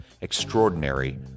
Extraordinary